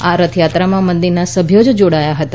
આ રથયાત્રમાં મંદિરના સભ્યો જ જોડાયા હતા